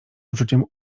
uczuciem